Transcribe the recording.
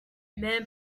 man